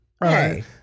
Hey